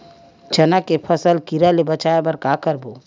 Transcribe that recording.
चना के फसल कीरा ले बचाय बर का करबो?